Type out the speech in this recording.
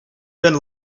been